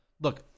Look